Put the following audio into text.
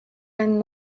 einen